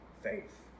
faith